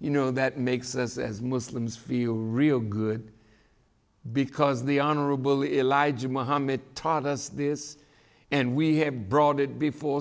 you know that makes us as muslims feel real good because the honorable elijah muhammad taught us this and we have brought it before